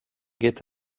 guet